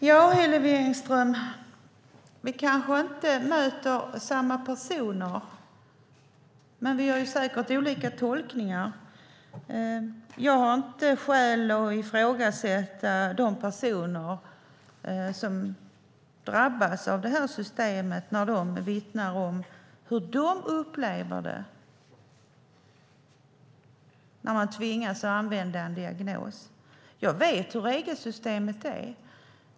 Herr talman! Vi kanske inte möter samma personer, Hillevi Engström, och vi har säkert olika tolkningar. Jag har inte skäl att ifrågasätta de personer som drabbas av det här systemet när de vittnar om hur de upplever det när de tvingas använda en diagnos. Jag vet hur regelsystemet är.